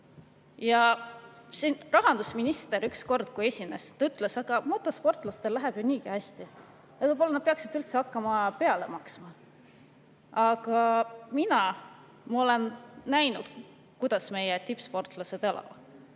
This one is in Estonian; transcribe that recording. rahandusminister, kui ta esines, ütles, et motosportlastel läheb niigi hästi. Võib-olla nad peaksid üldse hakkama peale maksma? Aga mina olen näinud, kuidas meie tippsportlased elavad.